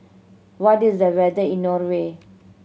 what is the weather like in Norway